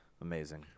Amazing